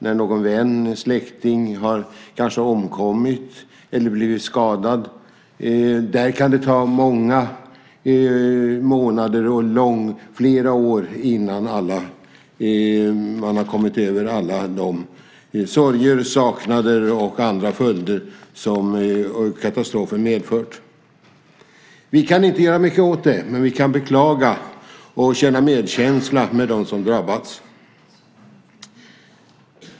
När någon vän eller släkting kanske har omkommit eller blivit skadad kan det ta många månader, kanske flera år innan man har kommit över all den sorg och saknad och andra följder som katastrofen har medfört. Vi kan inte göra mycket åt det. Men vi kan beklaga och känna medkänsla med dem som drabbats.